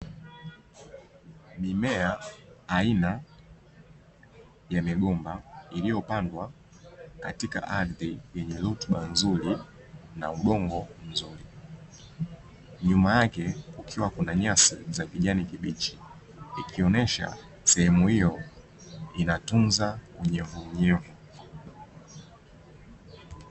Mimea aina ya migomba iliyopandwa katika ardhi yenye rutuba nzuri na ugongo mzuri, nyuma yake kukiwa kuna nyasi ya kijani kibichi ikionyesha sehemu hio inatunza unyevu unyevu.